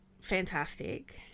fantastic